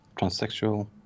transsexual